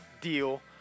deal